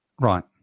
Right